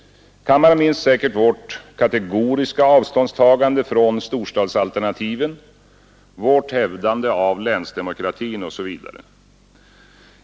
Kammaren minns säkert vårt kategoriska avståndstagande från storstadsalternativen, vårt hävdande av länsdemokratin osv.